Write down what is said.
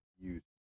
use